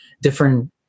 different